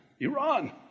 Iran